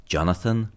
Jonathan